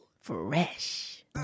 Fresh